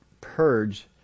purge